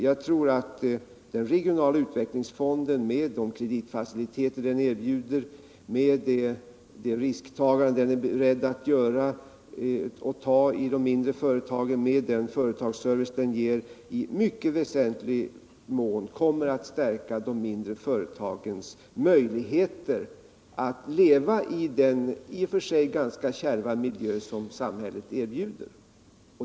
Jag tror att den regionala utvecklingsfonden, med de kreditfaciliteter den erbjuder, med de riskåtaganden den är beredd till i de mindre företagen och med den företagsservice den ger, i mycket väsentlig mån kommer att öka de mindre företagens möjligheter att leva i den i och för sig ganska kärva miljö som samhället erbjuder.